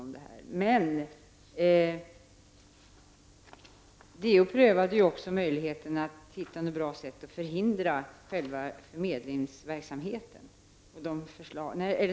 Diskrimineringsombudsmannen prövade också möjligheterna att hitta ett bra sätt att förhindra själva förmedlingsverksamheten.